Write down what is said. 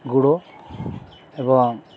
গুঁড়ো এবং